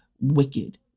wicked